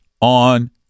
on